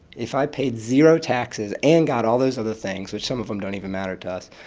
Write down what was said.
if i paid zero taxes and got all those other things, which some of them don't even matter to us,